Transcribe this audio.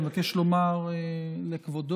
אני מבקש לומר לכבודו